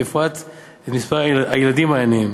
ובפרט את מספר הילדים העניים.